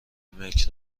ملک